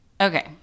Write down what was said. okay